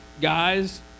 guys